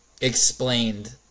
explained